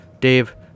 Dave